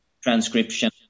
transcription